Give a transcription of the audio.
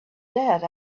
that